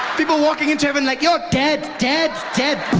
people walking into heaven like, yo, dead, dead, dead!